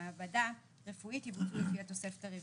למעבדה רפואית יבוצעו לפי התוספת הרביעית.